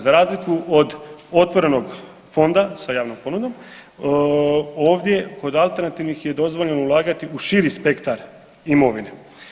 Za razliku od otvorenog fonda sa javnom ponudom, ovdje kod alternativnih je dozvoljeno ulagati u širi spektar imovine.